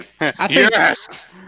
Yes